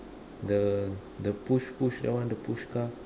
the the push push that one the push car